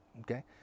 Okay